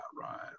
right